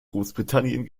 großbritannien